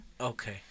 Okay